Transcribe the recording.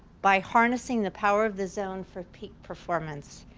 by harnessing the power of the zone for peak performance.